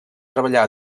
treballar